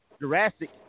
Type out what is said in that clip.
Jurassic